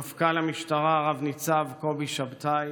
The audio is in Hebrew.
מפכ"ל המשטרה רב-ניצב קובי שבתאי,